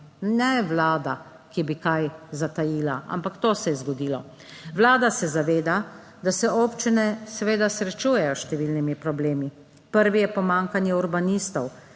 ne Vlada, ki bi kaj zatajila ampak to se je zgodilo. Vlada se zaveda, da se občine seveda srečujejo s številnimi problemi. Prvi je pomanjkanje urbanistov.